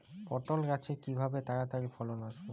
পটল গাছে কিভাবে তাড়াতাড়ি ফলন আসবে?